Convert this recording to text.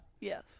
yes